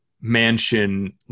mansion